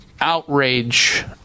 Outrage